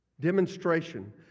Demonstration